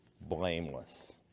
blameless